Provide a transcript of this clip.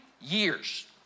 years